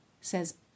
says